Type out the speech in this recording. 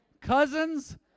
cousins